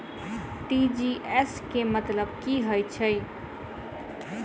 TGS केँ मतलब की हएत छै?